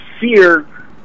fear